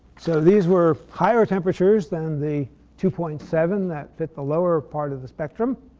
so these were higher temperatures then the two point seven that fit the lower part of the spectrum.